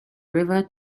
river